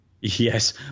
yes